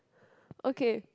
okay